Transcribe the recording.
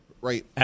right